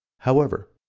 however,